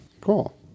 Cool